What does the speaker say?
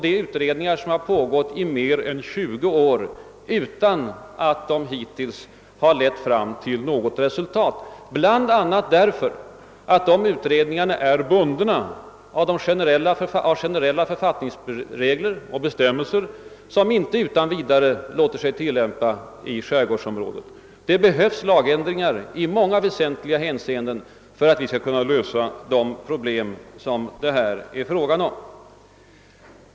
Men utredningsverksamheten har pågått i mer än 20 år utan att hittills ha lett fram till något påtagligt resultat, bl.a. därför att myndigheterna varit bundna av generella författningsregler och bestämmelser, som inte utan vidare låter sig tillämpa i skärgårdsområdet. Det behövs lagändringar i väsentliga hänseenden för att vi skall kunna lösa de problem som det här är fråga om.